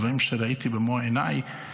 דברים שראיתי במו עיניי,